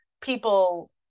people